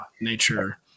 nature